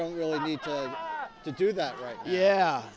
don't really need to do that right yeah